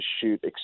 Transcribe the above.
shoot